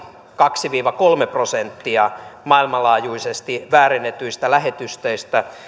kaksi viiva kolme prosenttia maailmanlaajuisesti väärennetyistä lähetyksistä